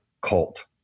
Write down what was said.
cult